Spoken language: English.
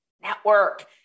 Network